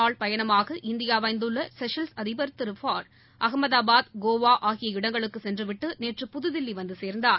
நாள் பயணமாக இந்தியாவந்துள்ள ஷெஷல்ஸ் அதிபர் திரு ஃபார் அகமதாபாத் ஆற கோவாஆகிய இடங்களுக்குசென்றுவிட்டுநேற்று புதுதில்லிவந்துசேர்ந்தார்